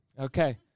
Okay